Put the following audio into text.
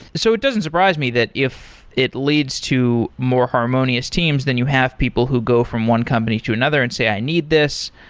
so it doesn't surprise me that if it leads to more harmonious teams, then you have people who go from one company to another and say, i need this.